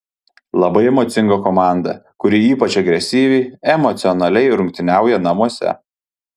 labai emocinga komanda kuri ypač agresyviai emocionaliai rungtyniauja namuose